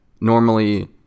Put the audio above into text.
normally